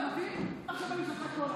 עכשיו, אני הבנת?